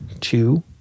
two